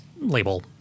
label